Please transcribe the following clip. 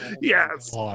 Yes